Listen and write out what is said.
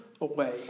away